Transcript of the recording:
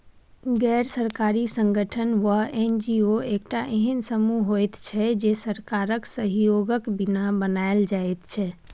गैर सरकारी संगठन वा एन.जी.ओ एकटा एहेन समूह होइत छै जे सरकारक सहयोगक बिना बनायल जाइत छै